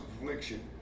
affliction